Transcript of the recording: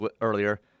earlier